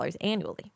annually